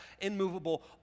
immovable